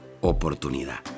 oportunidad